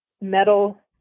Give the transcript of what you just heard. metal